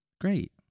great